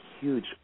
huge